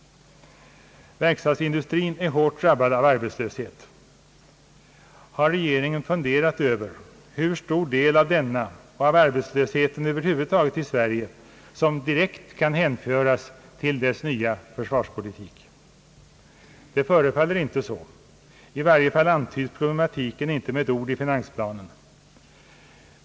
Verkstadsindustrin är hårt drabbad av arbetslöshet. Har regeringen funderat över hur stor del av denna och av arbetslösheten över huvud taget i Sverige, som direkt kan hänföras till regeringens nya försvarspolitik? Det förefaller inte så; i varje fall antyds problematiken inte med ett ord i finansplanen.